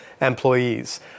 employees